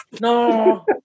No